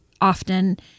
often